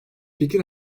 fikir